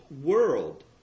world